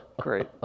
Great